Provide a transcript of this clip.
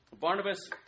Barnabas